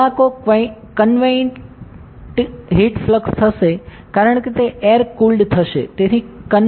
કલાકો convective heat flux હશે કારણ કે તે એર કૂલ્ડ થશે